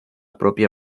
propia